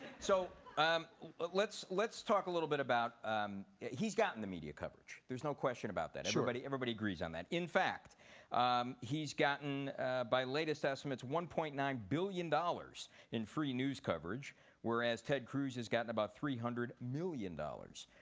so um let's let's talk a little bit about um he's gotten the media coverage. there's no question about that. sure. but everybody agrees on that. in fact he's gotten by latest estimates one point nine billion dollars in free news coverage whereas ted cruz is getting about three hundred million dollars,